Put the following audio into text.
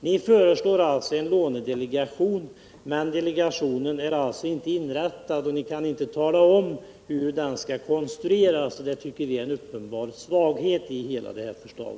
Ni föreslår en lånedelegation, men denna är inte sammansatt och ni kan inte heller tala om hur den skall konstrueras. Detta tycker vi är en uppenbar svaghet i hela detta förslag.